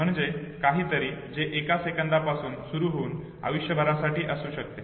म्हणजे काहीतरी जे एका सेकंदापासून सुरू होऊन आयुष्यभरासाठी असू शकते